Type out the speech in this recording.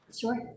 Sure